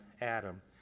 Adam